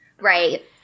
right